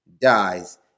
dies